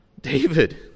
David